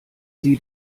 sie